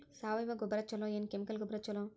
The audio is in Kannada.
ಸಾವಯವ ಗೊಬ್ಬರ ಛಲೋ ಏನ್ ಕೆಮಿಕಲ್ ಗೊಬ್ಬರ ಛಲೋ?